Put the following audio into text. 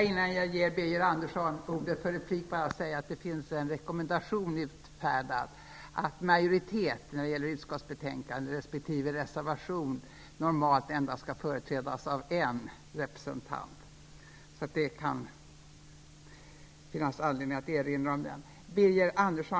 Innan jag ger Birger Andersson ordet för replik vill jag erinra om den rekommendation som finns utfärdad, att utskottets majoritet respektive reservanter normalt skall företrädas av endast en representant i kammardebatten.